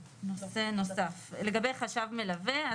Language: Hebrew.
לגבי חשב מלווה: